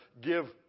give